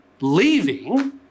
leaving